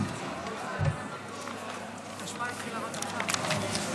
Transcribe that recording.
מוצע להחליף את ההסדר הקבוע בחוק לעניין תקציב תאגיד השידור